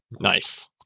Nice